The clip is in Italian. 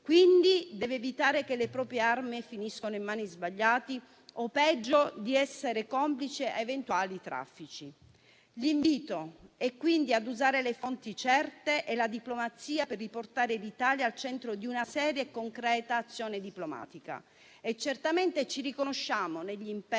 nero; deve evitare quindi che le proprie armi finiscano in mani sbagliate o, peggio, di essere complice di eventuali traffici. L'invito è dunque a usare le fonti certe e la diplomazia per riportare l'Italia al centro di una seria e concreta azione diplomatica. Ci riconosciamo certamente